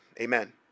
Amen